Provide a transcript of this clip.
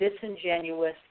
disingenuous